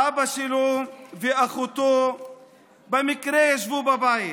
אבא שלו ואחותו במקרה ישבו בבית,